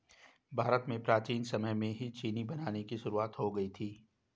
भारत में प्राचीन समय में ही चीनी बनाने की शुरुआत हो गयी थी